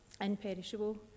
imperishable